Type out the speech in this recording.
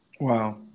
Wow